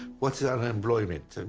what's unemployment,